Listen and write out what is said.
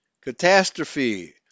catastrophe